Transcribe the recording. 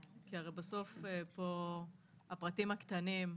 כי בסוף צריך להתייחס לפרטים הקטנים.